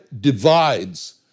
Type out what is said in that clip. divides